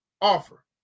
offer